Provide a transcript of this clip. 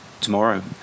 tomorrow